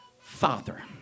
Father